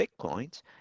Bitcoins